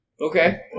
Okay